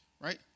right